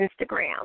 Instagram